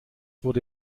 wurde